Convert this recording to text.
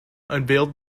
unveiled